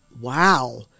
wow